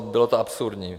A bylo to absurdní.